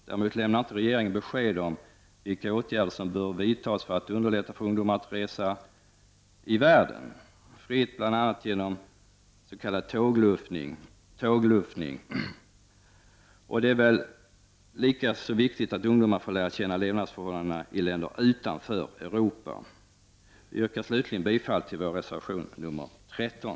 Däremot lämnar inte regeringen besked om vilka åtgärder som bör vidtas för att underlätta för ungdomar att resa ut i världen, bl.a. genom s.k. tågluffning. Det är väl lika viktigt att ungdomar får lära känna levnadsförhållandena i länder utanför Europa. Jag yrkar slutligen bifall till vår reservation nr 13.